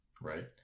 Right